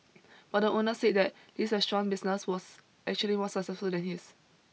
but the owner said that Li's restaurant business was actually more successful than his